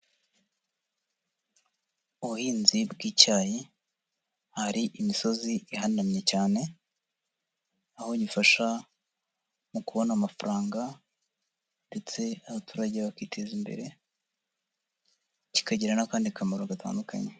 Ubuhinzi bw'icyayi, hari imisozi ihanamye cyane, aho gifasha mu kubona amafaranga, ndetse abaturage bakiteza imbere, kikagira n'akandi kamaro gatandukanye.